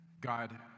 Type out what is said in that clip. God